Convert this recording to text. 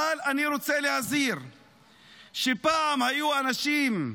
אבל אני רוצה להזהיר שפעם היו אנשים תימהוניים,